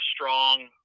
strong –